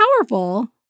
powerful